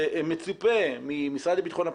שמצופה מהמשרד לבטחון פנים,